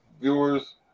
Viewers